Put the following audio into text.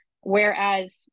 whereas